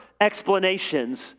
explanations